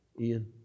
Ian